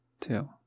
two